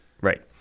right